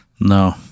No